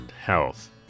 health